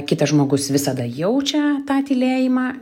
kitas žmogus visada jaučia tą tylėjimą